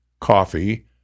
coffee